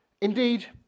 Indeed